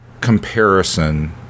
comparison